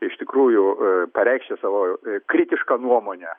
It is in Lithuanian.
iš tikrųjų pareikšti savo kritišką nuomonę